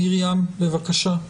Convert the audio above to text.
מרים, בבקשה.